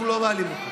אנחנו לא מעלים אותה.